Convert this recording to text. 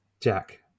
Jack